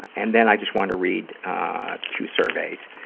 and then i just want to reads two surveys.